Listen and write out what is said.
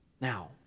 Now